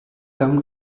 gum